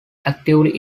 actively